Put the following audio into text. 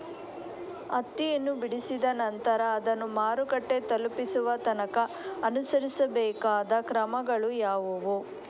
ಹತ್ತಿಯನ್ನು ಬಿಡಿಸಿದ ನಂತರ ಅದನ್ನು ಮಾರುಕಟ್ಟೆ ತಲುಪಿಸುವ ತನಕ ಅನುಸರಿಸಬೇಕಾದ ಕ್ರಮಗಳು ಯಾವುವು?